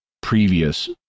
previous